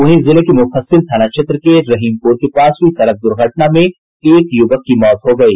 वहीं जिले के मुफस्सिल थाना क्षेत्र के रहीमपुर के पास हुई सड़क दुर्घटना में एक युवक की मौत हो गयी